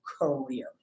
career